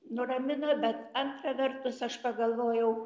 nuramino bet antra vertus aš pagalvojau